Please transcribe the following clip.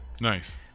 Nice